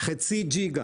חצי ג'יגה,